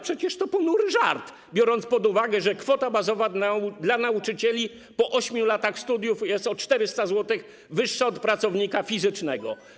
Przecież to ponury żart, biorąc pod uwagę, że kwota bazowa dla nauczycieli po 8 latach studiów jest o 400 zł wyższa niż dla pracownika fizycznego.